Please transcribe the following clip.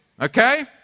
Okay